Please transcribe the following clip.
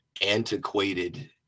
antiquated